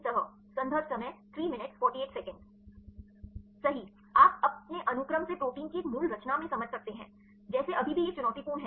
सही आप अपने अनुक्रम से प्रोटीन की एक मूल रचना में समझ सकते हैं जैसे अभी भी यह एक चुनौतीपूर्ण है